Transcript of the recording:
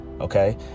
Okay